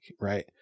right